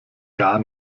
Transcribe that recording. gar